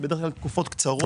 זה בדרך כלל תקופות קצרות.